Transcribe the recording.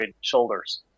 shoulders